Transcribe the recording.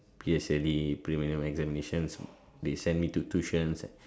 P_S_L_E preliminary examinations they sent me to tuition